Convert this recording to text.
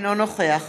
אינו נוכח